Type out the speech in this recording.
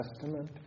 Testament